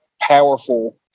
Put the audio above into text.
powerful